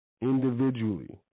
individually